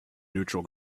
neutral